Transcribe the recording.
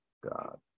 God